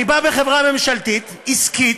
אני בא מחברה ממשלתית עסקית,